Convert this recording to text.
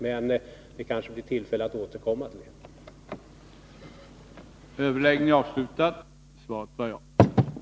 Men det kanske blir tillfälle att återkomma till detta.